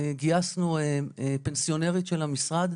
גייסנו פנסיונרית של המשרד,